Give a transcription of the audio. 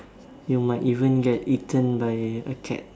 you might even get eaten by a cat